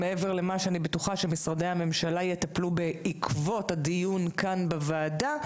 מעבר למה שאני בטוחה שמשרדי הממשלה יטפלו בעקבות הדיון כאן בוועדה,